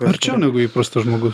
arčiau negu įprastas žmogus